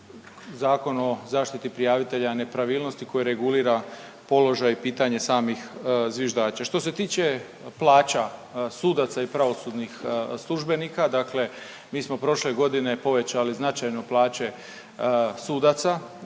Zakon o zaštiti prijavitelja nepravilnosti koji regulira položaj i pitanje samih zviždača. Što se tiče plaća sudaca i pravosudnih službenika, dakle mi smo prošle godine povećali značajno plaće sudaca,